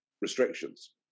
restrictions